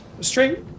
Straight